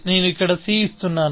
నేను ఇక్కడ c ఇస్తున్నాను